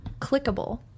clickable